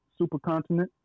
supercontinent